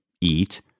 eat